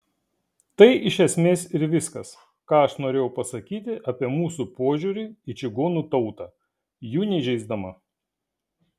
tai iš esmės ir viskas ką aš norėjau pasakyti apie mūsų požiūrį į čigonų tautą jų neįžeisdama